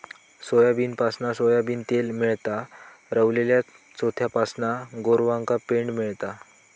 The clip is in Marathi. सोयाबीनपासना सोयाबीन तेल मेळता, रवलल्या चोथ्यापासना गोरवांका पेंड मेळता